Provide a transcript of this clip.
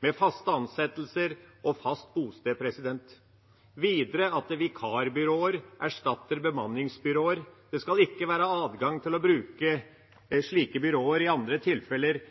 med faste ansettelser og fast bosted, og videre at vikarbyråer erstatter bemanningsbyråer. Det skal ikke være adgang til å bruke slike byråer i andre tilfeller